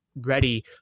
ready